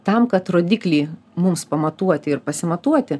tam kad rodiklį mums pamatuoti ir pasimatuoti